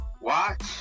Watch